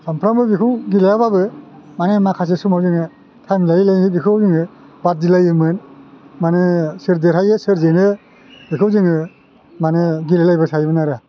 सामफ्रामबो बेखो गेलेयाबाबो मानि माखासे समाव जोङो थाइम लायै लायै बेखौ जोङो बाददिलायोमोन मानि सोर देरहायो सोर जेनो बेखौ जोङो माने गेलेलायबाय थायोमोन आरो